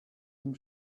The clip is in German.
zum